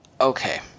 okay